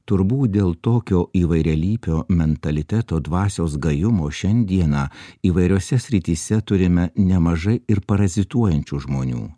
turbūt dėl tokio įvairialypio mentaliteto dvasios gajumo šiandieną įvairiose srityse turime nemažai ir parazituojančių žmonių